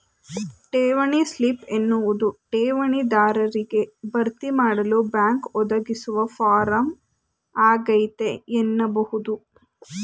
ಠೇವಣಿ ಸ್ಲಿಪ್ ಎನ್ನುವುದು ಠೇವಣಿ ದಾರರಿಗೆ ಭರ್ತಿಮಾಡಲು ಬ್ಯಾಂಕ್ ಒದಗಿಸುವ ಫಾರಂ ಆಗೈತೆ ಎನ್ನಬಹುದು